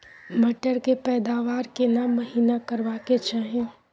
मटर के पैदावार केना महिना करबा के चाही?